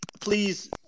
please